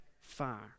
far